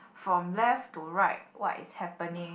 from left to right what is happening